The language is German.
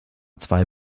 zwei